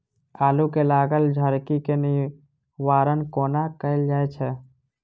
आलु मे लागल झरकी केँ निवारण कोना कैल जाय छै?